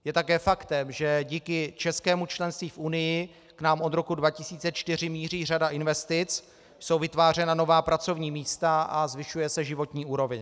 Je také faktem, že díky českému členství v Unii k nám od roku 2004 míří řada investic, jsou vytvářena nová pracovní místa a zvyšuje se životní úroveň.